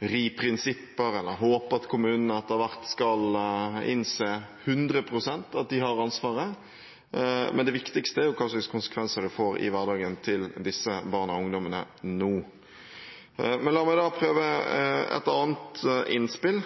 ri prinsipper eller håpe at kommunene etter hvert skal innse 100 pst. at de har ansvaret. Men det viktigste er hva slags konsekvenser det får for hverdagen til disse barna og ungdommene nå. La meg da prøve et annet innspill,